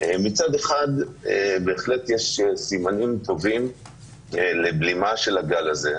מצד אחד בהחלט יש סימנים טובים לבלימה של הגל הזה.